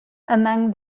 among